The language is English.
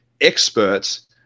experts